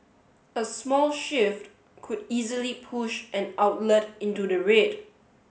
a small shift could easily push an outlet into the red